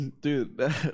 dude